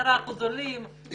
10 אחוזים עולים,